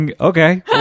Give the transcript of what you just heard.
Okay